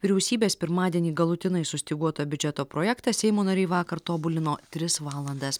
vyriausybės pirmadienį galutinai sustyguotą biudžeto projektą seimo nariai vakar tobulino tris valandas